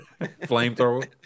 Flamethrower